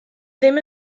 ddim